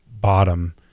bottom